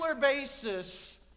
basis